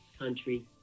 country